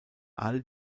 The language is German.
all